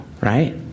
right